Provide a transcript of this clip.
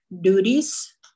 duties